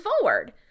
forward